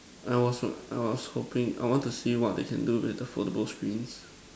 I was I was hoping I want to see what they can do with those foldable screens